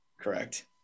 Correct